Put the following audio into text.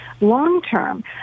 Long-term